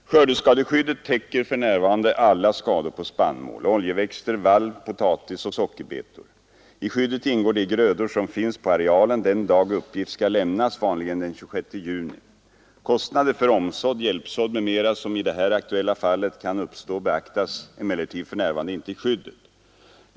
Skördeskadeskyddet täcker för närvarande alla skador på spannmål, oljeväxter, vall, potatis och sockerbetor. I skyddet ingår de grödor som finns på arealen den dag uppgift skall lämnas, vanligen den 26 juni. Kostnader för omsådd, hjälpsådd m.m., som i det här aktuella fallet kan uppstå, beaktas emellertid för närvarande inte i skyddet.